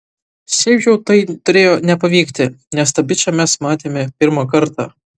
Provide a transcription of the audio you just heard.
šiaip jau tai turėjo nepavykti nes tą bičą mes matėme pirmą kartą